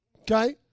Okay